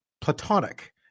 Platonic